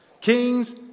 Kings